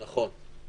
נכון.